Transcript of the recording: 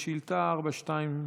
שאילתה מס' 423: